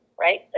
right